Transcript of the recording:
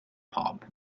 pop